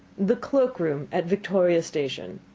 the cloak-room at victoria station?